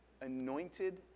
anointed